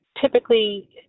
typically